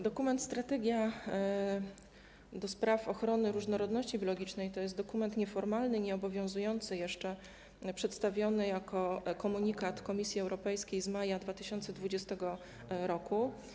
Dokument strategia do spraw ochrony różnorodności biologicznej to jest dokument nieformalny, nieobowiązujący jeszcze, przedstawiony jako komunikat Komisji Europejskiej z maja 2020 r.